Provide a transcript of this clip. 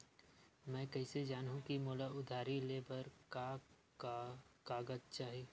मैं कइसे जानहुँ कि मोला उधारी ले बर का का कागज चाही?